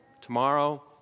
tomorrow